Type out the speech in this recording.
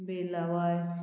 बेलावाय